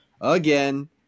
again